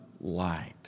light